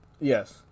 Yes